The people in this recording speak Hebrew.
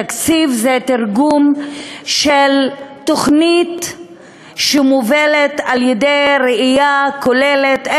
תקציב זה תרגום של תוכנית שמובלת על-ידי ראייה כוללת: